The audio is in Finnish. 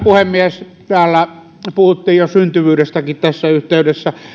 puhemies täällä puhuttiin jo syntyvyydestäkin tässä yhteydessä